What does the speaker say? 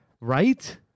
Right